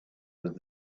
was